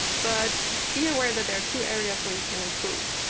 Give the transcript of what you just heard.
but be aware that there are two areas where you can improve.